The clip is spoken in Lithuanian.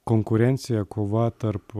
konkurencija kova tarp